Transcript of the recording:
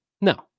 No